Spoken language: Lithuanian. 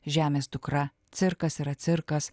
žemės dukra cirkas yra cirkas